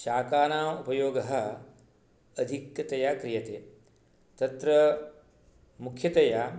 शाकानां उपयोगः अधिकतया क्रियते तत्र मुख्यतया